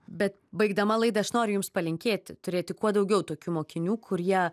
bet baigdama laidą aš noriu jums palinkėti turėti kuo daugiau tokių mokinių kurie